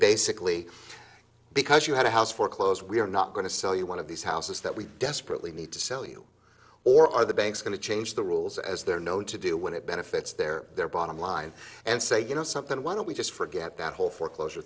basically because you had a house foreclosed we're not going to sell you one of these houses that we desperately need to sell you or are the banks going to change the rules as they're known to do when it benefits their their bottom line and say you know something why don't we just forget that whole foreclosure